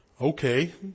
Okay